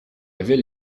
ville